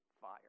fire